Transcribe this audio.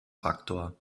faktor